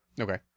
Okay